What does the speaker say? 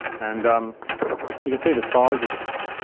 and um you can see the size of the thing.